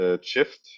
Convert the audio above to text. shift